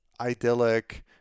idyllic